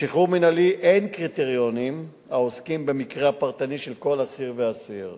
לשחרור מינהלי אין קריטריונים העוסקים במקרה הפרטני של כל אסיר ואסיר.